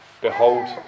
Behold